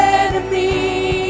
enemy